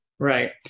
Right